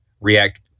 react